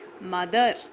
Mother